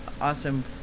awesome